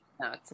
No